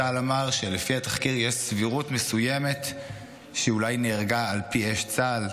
צה"ל אמר שלפי התחקיר יש סבירות מסוימת שאולי היא נהרגה על ידי אש צה"ל,